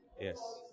Yes